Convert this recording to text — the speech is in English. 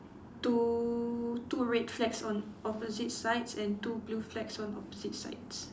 two two red flags on opposite sides and two blue flags on opposite sides